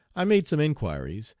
i made some inquiries,